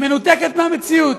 היא מנותקת מהמציאות.